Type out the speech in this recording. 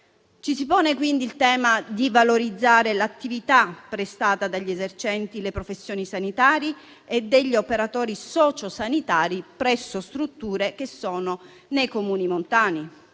Ci si pone quindi il tema di valorizzare l'attività prestata dagli esercenti le professioni sanitarie e dagli operatori sociosanitari presso strutture che sono nei Comuni montani.